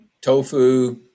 tofu